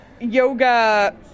yoga